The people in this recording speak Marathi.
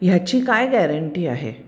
ह्याची काय गॅरंटी आहे